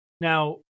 Now